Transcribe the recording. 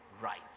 right